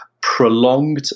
prolonged